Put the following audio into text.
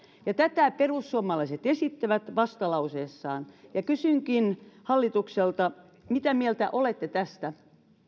ja tätä perussuomalaiset esittävät vastalauseessaan kysynkin hallitukselta mitä mieltä olette tästä